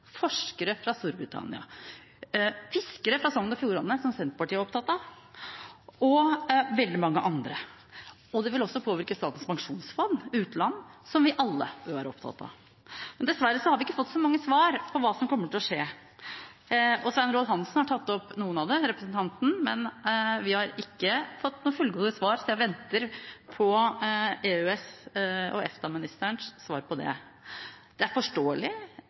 forskere fra Storbritannia, fiskere fra Sogn og Fjordane – som Senterpartiet er opptatt av – og veldig mange andre. Det vil også påvirke Statens pensjonsfond utland, som vi alle bør være opptatt av. Men dessverre har vi ikke fått så mange svar på hva som kommer til å skje. Representanten Svein Roald Hansen har tatt opp noe av det, men vi har ikke fått noen fullgode svar, så jeg venter på EØS- og EU-ministerens svar på det. Det er forståelig,